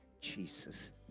jesus